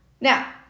Now